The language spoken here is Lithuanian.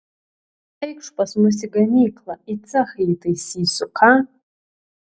eikš pas mus į gamyklą į cechą įtaisysiu ką